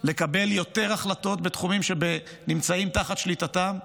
לקבל יותר החלטות בתחומים שנמצאים תחת שליטתן,